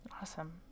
Awesome